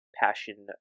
passion